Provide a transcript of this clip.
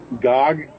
Gog